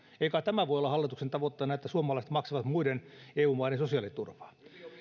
kai tämä voi olla hallituksen tavoitteena että suomalaiset maksavat muiden eu maiden sosiaaliturvaa